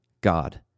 God